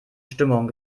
stimmung